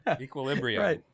Equilibrium